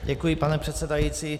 Děkuji, pane předsedající.